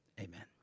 Amen